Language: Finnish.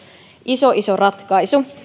iso iso ratkaisu